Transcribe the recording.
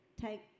take